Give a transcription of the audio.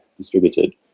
distributed